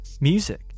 music